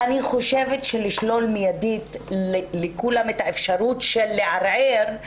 אני חושבת שלשלול מידית לכולם את האפשרות לערער,